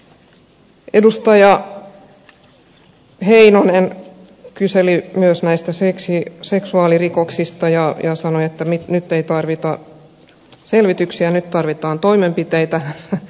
edustaja heinonen kyseli myös seksuaalirikoksista ja sanoi että nyt ei tarvita selvityksiä nyt tarvitaan toimenpiteitä